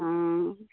हँ